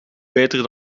beter